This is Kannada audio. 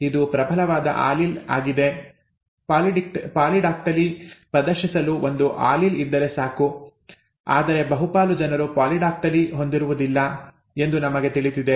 ಇದು ಪ್ರಬಲವಾದ ಆಲೀಲ್ ಆಗಿದೆ ಪಾಲಿಡಾಕ್ಟಿಲಿ ಪ್ರದರ್ಶಿಸಲು ಒಂದು ಆಲೀಲ್ ಇದ್ದರೆ ಸಾಕು ಆದರೆ ಬಹುಪಾಲು ಜನರು ಪಾಲಿಡಾಕ್ಟಿಲಿ ಹೊಂದಿರುವುದಿಲ್ಲ ಎಂದು ನಮಗೆ ತಿಳಿದಿದೆ